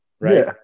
Right